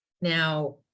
Now